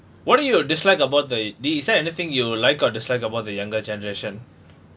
what do you dislike about the the is there anything you like or dislike about the younger generation